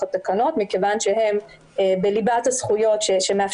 מכוח הסמכויות שיש לה כיום,